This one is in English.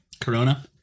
Corona